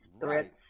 threats